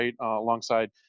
alongside